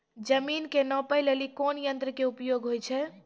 जमीन के नापै लेली कोन यंत्र के उपयोग होय छै?